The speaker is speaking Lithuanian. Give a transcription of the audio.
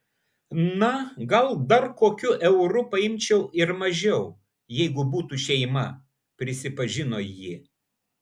na gal dar kokiu euru paimčiau ir mažiau jeigu būtų šeima prisipažino ji